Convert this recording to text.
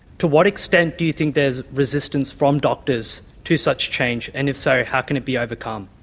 to what extent do you think there is resistance from doctors to such change, and if so how can it be overcome?